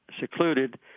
secluded